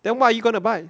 then what are you gonna buy